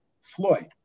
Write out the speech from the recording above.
Floyd